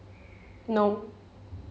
no